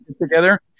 together